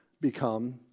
become